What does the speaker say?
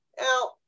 Now